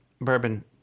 bourbon